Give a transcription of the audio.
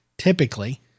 typically